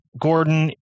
Gordon